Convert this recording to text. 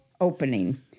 opening